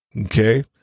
Okay